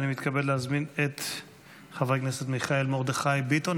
אני מתכבד להזמין את חברי הכנסת מיכאל מרדכי ביטון,